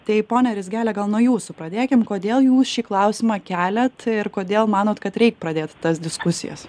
tai pone rizgele gal nuo jūsų pradėkim kodėl jūs šį klausimą keliat ir kodėl manot kad reik pradėt tas diskusijas